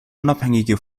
unabhängige